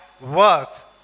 works